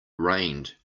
rained